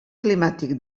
climàtic